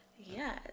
yes